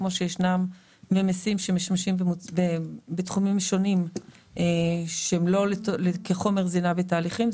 כמו ממיסים בתחומים אחרים שלא שמשמשים כחומר זינה בתהליכים.